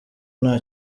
nta